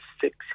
six